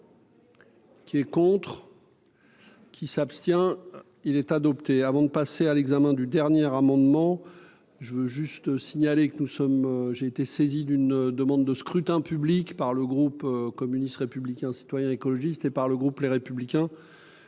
est pour. Qui est contre qui s'abstient-il être adopté avant de passer à l'examen du dernière amendement, je veux juste signaler que nous sommes, j'ai été saisi d'une demande de scrutin public par le groupe communiste, républicain, citoyen et écologiste et par le groupe Les Républicains